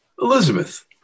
Elizabeth